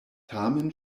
tamen